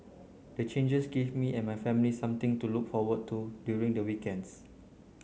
the changes give me and my family something to look forward to during the weekends